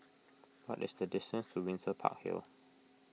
what is the distance to Windsor Park Hill